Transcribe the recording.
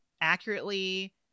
accurately